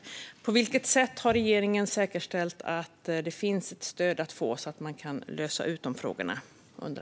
Jag undrar på vilket sätt regeringen har säkerställt att det finns ett stöd att få så att man kan lösa de här frågorna.